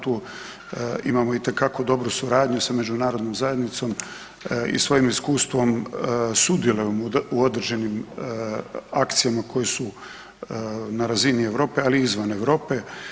Tu imamo itekako dobru suradnju sa Međunarodnom zajednicom i svojim iskustvom sudjelujemo u određenim akcijama koje su na razini Europe ali i izvan Europe.